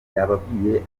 yababwiye